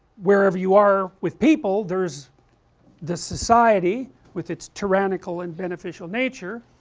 wherever you are with people there is the society with it's tyrannical and beneficial nature